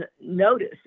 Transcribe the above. notice